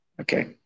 Okay